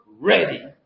ready